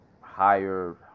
higher